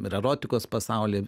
ir erotikos pasaulyje